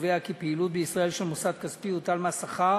קובע כי על פעילות בישראל של מוסד כספי יוטל מס שכר